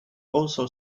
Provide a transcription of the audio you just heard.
also